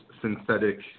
synthetic